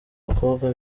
bakobwa